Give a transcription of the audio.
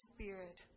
Spirit